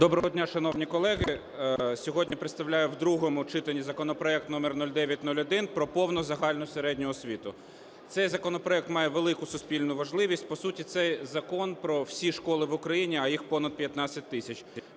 Доброго дня, шановні колеги! Сьогодні представляю в другому читанні законопроект номер 0901: про повну загальну середню освіту. Цей законопроект має велику суспільну важливість, по суті, це закон про всі школи в Україні, а їх 15 тисяч.